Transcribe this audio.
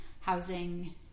housing